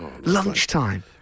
Lunchtime